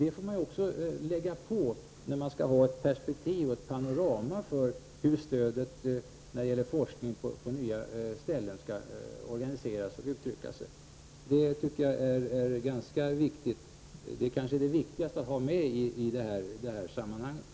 Det får man tänka på när man skall ha ett perspektiv och panorama på stödet för fackforskningsresurser till nya enheter.